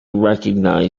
recognized